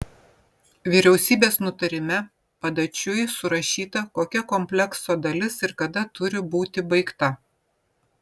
vyriausybės nutarime padačiui surašyta kokia komplekso dalis ir kada turi būti baigta